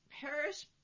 Paris